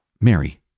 Mary